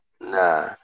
nah